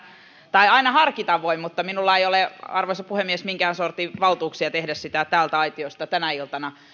tai aina harkita voi mutta minulla ei ole arvoisa puhemies minkään sortin valtuuksia tehdä sitä täältä aitiosta tänä iltana